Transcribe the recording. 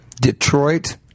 Detroit